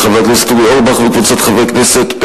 של חבר הכנסת אורי אורבך וקבוצת חברי הכנסת,